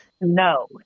No